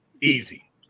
Easy